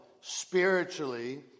spiritually